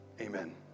Amen